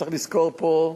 צריך לזכור פה,